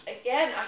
Again